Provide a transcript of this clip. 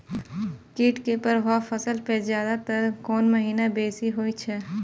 कीट के प्रभाव फसल पर ज्यादा तर कोन महीना बेसी होई छै?